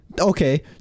Okay